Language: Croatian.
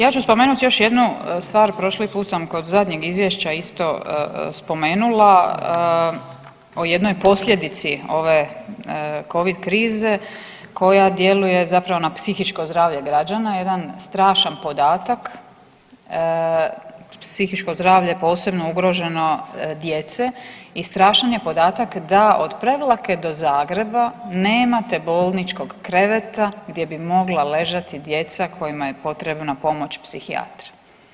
Ja ću spomenut još jednu stvar, prošli put sam kod zadnjeg izvješća isto spomenula o jednoj posljedici ove covid krize koja djeluje zapravo na psihičko zdravlje građana, jedan strašan podatak, psihičko zdravlje je posebno ugroženo djece i strašan je podatak da od Prevlake do Zagreba nemate bolničkog kreveta gdje bi mogla ležati djeca kojima je potrebna pomoć psihijatra.